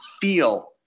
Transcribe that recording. feel